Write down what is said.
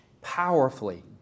powerfully